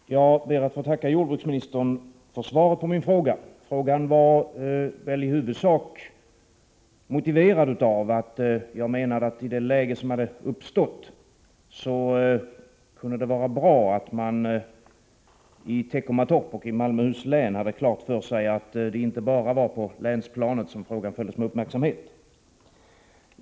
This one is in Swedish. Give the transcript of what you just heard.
Fru talman! Jag ber att få tacka jordbruksministern för svaret på min fråga. Frågan var i huvudsak motiverad av att jag menade att det i det läge som hade uppstått kunde vara bra att man i Teckomatorp och i Malmöhus län hade klart för sig att det inte bara var på länsplanet som frågan följdes med uppmärksamhet.